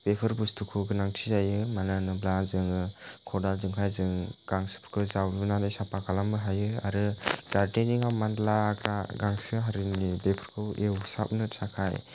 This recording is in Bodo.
बेफोर बुस्थुखौ गोनांथि जायो मानो होनोब्ला जोङो खदालजोंहाय जों गांसोफोरखौ जावलुनानै साफा खालामनो हायो आरो गारदेनिंयाव मानलाग्रा गांसो हारिनि बेफोरखौ एवस्रांनो थाखाय